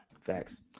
facts